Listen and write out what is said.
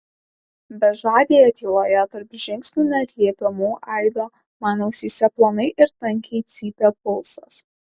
bežadėje tyloje tarp žingsnių neatliepiamų aido man ausyse plonai ir tankiai cypė pulsas